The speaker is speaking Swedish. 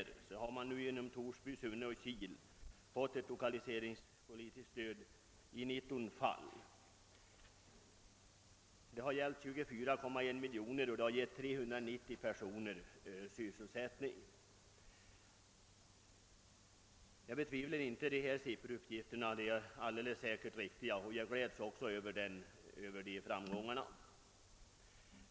man i de tre kommunblocken Tors by, Sunne och Kil fått lokaliseringspolitiskt stöd i 19 fall. Stödet uppgår till ca 24,1 miljoner kronor och ca 390 personer har fått sysselsättning. Jag betvivlar inte alls riktigheten av dessa sifferuppgifter, och jag gläds över framgångarna.